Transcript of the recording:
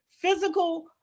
physical